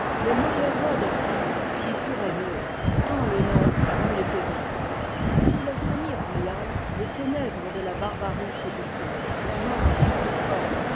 les mauvais roys de france y pourroient mieux tant le nombre en est petit sous la famille royale les ténèbres de la barbarie se dissipent la langue se forme